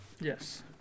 Yes